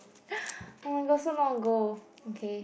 oh my god so long ago okay